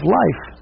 life